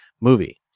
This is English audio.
movie